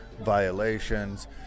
violations